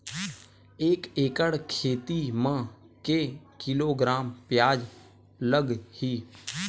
एक एकड़ खेती म के किलोग्राम प्याज लग ही?